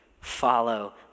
Follow